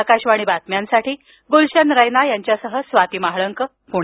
आकाशवाणी बातम्यांसाठी गुलशन रैना यांच्यासह स्वाती महाळंक पुणे